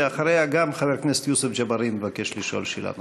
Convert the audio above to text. ואחריה גם חבר הכנסת יוסף ג'בארין מבקש לשאול שאלה נוספת.